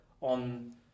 on